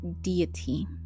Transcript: deity